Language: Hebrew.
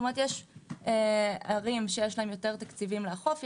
כלומר יש ערים שיש להם יותר תקציבים לאכוף.